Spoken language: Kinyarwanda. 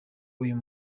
uyu